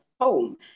home